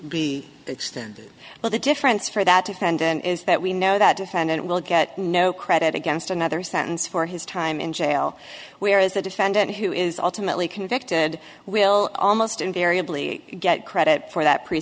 but the difference for that defendant is that we know that defendant will get no credit against another sentence for his time in jail whereas the defendant who is ultimately convicted will almost invariably get credit for that pre